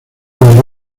valió